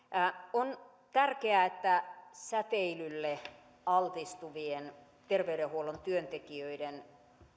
on tärkeää että säteilylle altistuvien terveydenhuollon työntekijöiden